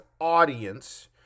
audience